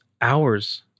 hours